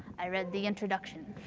i read the introduction.